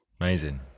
amazing